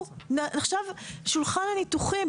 שולחן הניתוחים,